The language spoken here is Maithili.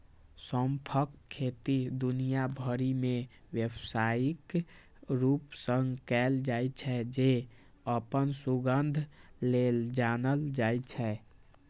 सौंंफक खेती दुनिया भरि मे व्यावसायिक रूप सं कैल जाइ छै, जे अपन सुगंध लेल जानल जाइ छै